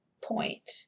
point